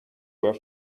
were